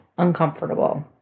uncomfortable